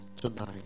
tonight